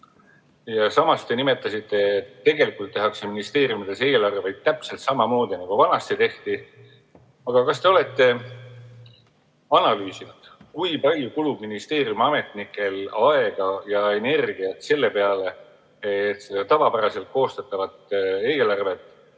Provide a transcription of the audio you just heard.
Samas te nimetasite, et tegelikult tehakse ministeeriumides eelarveid täpselt samamoodi, nagu vanasti tehti. Aga kas te olete analüüsinud, kui palju kulub ministeeriumi ametnikel aega ja energiat selle peale, et seda tavapäraselt koostatavat eelarvet